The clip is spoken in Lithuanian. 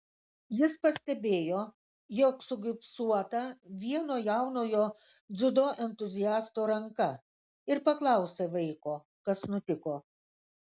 jis pastebėjo jog sugipsuota vieno jaunojo dziudo entuziasto ranka ir paklausė vaiko kas nutiko